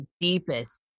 deepest